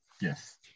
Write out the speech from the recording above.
Yes